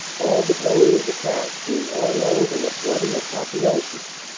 all the glory of the past being aureoled in a bloody apotheosis.